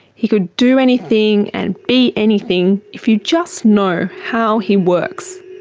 he could do anything and be anything if you just know how he works.